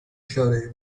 اشاره